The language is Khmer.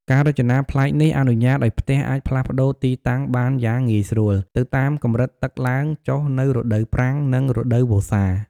ការរចនាប្លែកនេះអនុញ្ញាតឲ្យផ្ទះអាចផ្លាស់ប្ដូរទីតាំងបានយ៉ាងងាយស្រួលទៅតាមកម្រិតទឹកឡើងចុះនៅរដូវប្រាំង និងរដូវវស្សា។